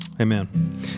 Amen